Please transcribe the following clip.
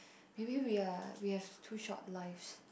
maybe we are we have too short lives